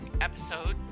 episode